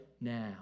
now